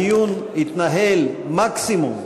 הדיון יסתיים מקסימום,